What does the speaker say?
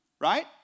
right